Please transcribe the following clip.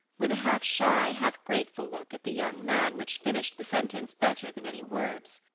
with a half-shy, half-grateful look at the young man which finished the sentence better than any words.